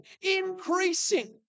increasing